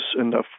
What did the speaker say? enough